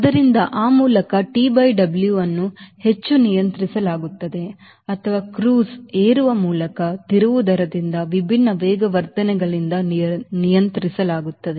ಆದ್ದರಿಂದ ಆ ಮೂಲಕ TW ಅನ್ನು ಹೆಚ್ಚು ನಿಯಂತ್ರಿಸಲಾಗುತ್ತದೆ ಅಥವಾ ಕ್ರೂಸ್ ಏರುವ ಮೂಲಕ ತಿರುವು ದರದಿಂದ ವಿಭಿನ್ನ ವೇಗವರ್ಧನೆಗಳಿಂದ ನಿಯಂತ್ರಿಸಲಾಗುತ್ತದೆ